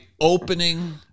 opening